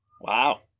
Wow